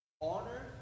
honor